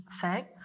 say